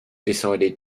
decided